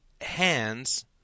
hands